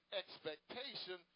expectation